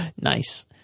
Nice